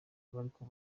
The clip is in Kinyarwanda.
bariko